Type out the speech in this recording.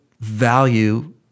value